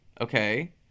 okay